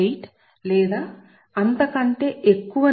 8 లేదా అంతకంటే ఎక్కువ సరే